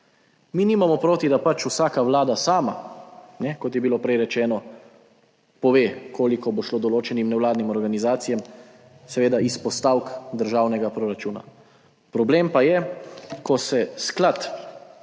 Mi nimamo proti, da pač vsaka vlada sama, kot je bilo prej rečeno, pove, koliko bo šlo določenim nevladnim organizacijam, seveda iz postavk državnega proračuna. Problem pa je, ko se sklad